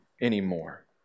anymore